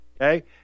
Okay